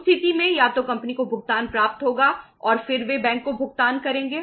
उस स्थिति में या तो कंपनी को भुगतान प्राप्त होगा और फिर वे बैंक को भुगतान करेंगे